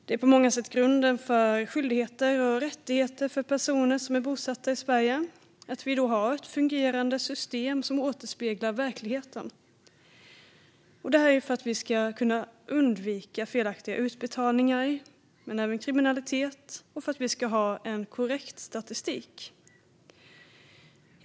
Det är på många sätt grunden för skyldigheter och rättigheter för personer som är bosatta i Sverige att vi har ett fungerande system som återspeglar verkligheten. Detta är för att vi ska kunna undvika felaktiga utbetalningar men även kriminalitet och för att vi ska ha en korrekt statistik.